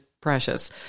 precious